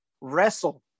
wrestle